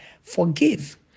Forgive